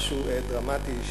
משהו השתנה דרמטית.